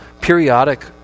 periodic